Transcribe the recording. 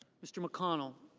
mr. mcconnell.